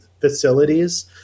facilities